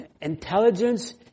intelligence